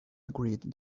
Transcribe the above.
agreed